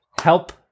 Help